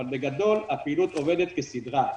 אבל בגדול הפעילות עובדת כסדרה.